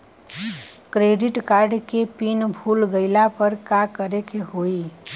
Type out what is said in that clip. Credit card के PIN भूल गईला पर का करे के होई?